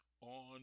on